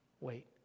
Wait